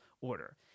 order